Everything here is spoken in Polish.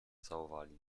całowali